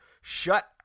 shut